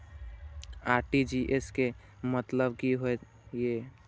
RTGS के मतलब की होय ये?